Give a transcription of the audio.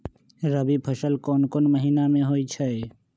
रबी फसल कोंन कोंन महिना में होइ छइ?